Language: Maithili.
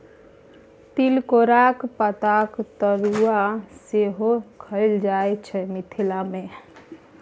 तिलकोराक पातक तरुआ सेहो खएल जाइ छै मिथिला मे